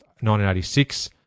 1986